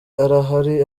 arahari